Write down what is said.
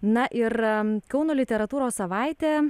na ir kauno literatūros savaitė